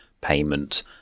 payment